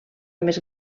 més